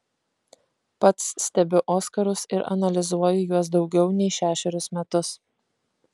pats stebiu oskarus ir analizuoju juos daugiau nei šešerius metus